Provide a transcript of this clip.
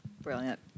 Brilliant